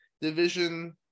division